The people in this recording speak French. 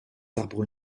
arbres